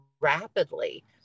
rapidly